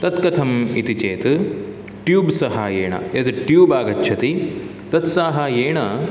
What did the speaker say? तत् कथम् इति चेत् ट्यूब् साहाय्येन यद् ट्यूब् आगच्छति तत् साहाय्येन